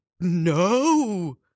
no